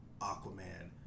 Aquaman